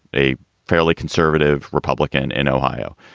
a fairly conservative republican in ohio.